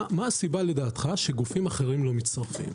מה הסיבה לדעתך שגופים אחרים לא מצטרפים?